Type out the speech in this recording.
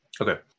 Okay